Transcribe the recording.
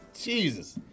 Jesus